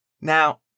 Now